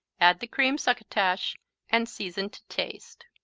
add the creamed succotash and season to taste.